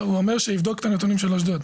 הוא אמר שיבדוק את הנתונים של אשדוד.